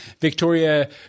Victoria